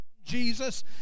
Jesus